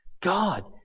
God